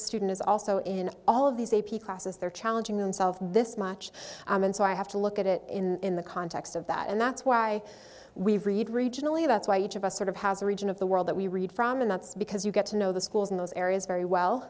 student is also in all of these a p classes they're challenging themselves this much and so i have to look at it in the context of that and that's why we've read regionally about why each of us sort of has a region of the world that we read from and that's because you get to know the schools in those areas very well